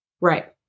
Right